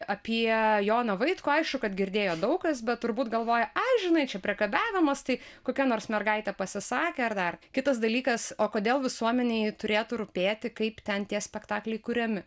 apie joną vaitkų aišku kad girdėjo daug kas bet turbūt galvoja ai žinai čia priekabiavimas tai kokia nors mergaitė pasisakė ar dar kitas dalykas o kodėl visuomenei turėtų rūpėti kaip ten tie spektakliai kuriami